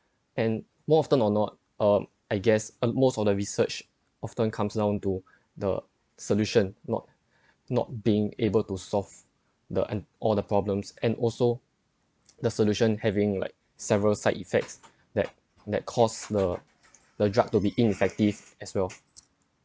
and more often or not uh I guess uh most of the research often comes down to the solution not not being able to solve the and all the problems and also the solution having like several side effects that that cost the the drugs to be ineffective as well